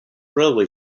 railway